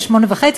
ב-08:30,